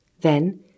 Then